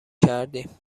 کردیم